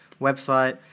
website